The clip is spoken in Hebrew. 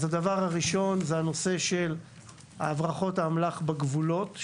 אז הדבר הראשון הוא הנושא של הברחות האמל"ח בגבולות,